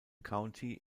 county